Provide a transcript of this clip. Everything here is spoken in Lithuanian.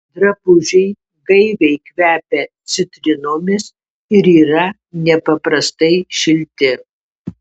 drabužiai gaiviai kvepia citrinomis ir yra nepaprastai šilti